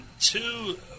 two –